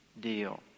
deal